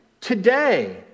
today